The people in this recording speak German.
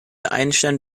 einstein